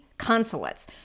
consulates